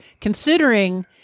Considering